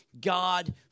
God